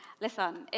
listen